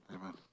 Amen